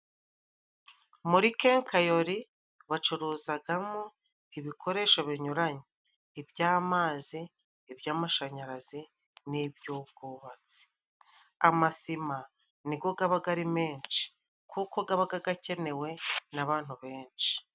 Muri kenkayori bacuruzagamo ibikoresho binyuranye iby'amazi , iby'amashanyarazi n'iby'ubwubatsi . Amasima nigo gabaga ari menshi , kuko gabaga gakenewe n'abantu benshi.